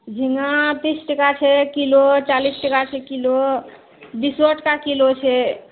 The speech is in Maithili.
झींगा तीस टाका छै किलो चालीस टाका छै किलो बीसो टाका किलो छै